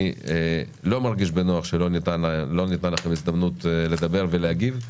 אני לא מרגיש בנוח שלא ניתנה לכם הזדמנות לדבר ולהגיב,